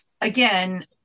Again